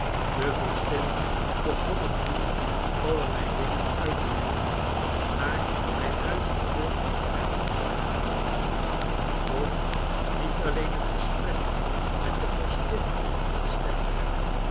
allerlei dingen uit te leggen maar hij luisterde er niet naar doch niet alleen het gesprek met de vorstin ontstemde hem